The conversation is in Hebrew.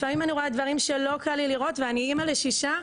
לפעמים אני רואה דברים שלא קל לי לראות ואני אמא לשישה,